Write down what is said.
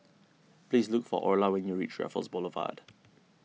please look for Orla when you reach Raffles Boulevard